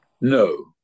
No